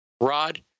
Rod